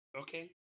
Okay